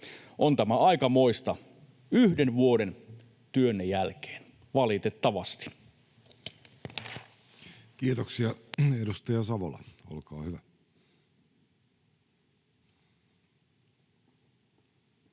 On tämä aikamoista yhden vuoden työnne jälkeen, valitettavasti. Kiitoksia. — Edustaja Savola, olkaa hyvä.